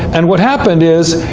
and what happened is,